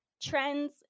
trends